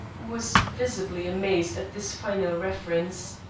was visibly amazed at this final reference.